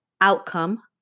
outcome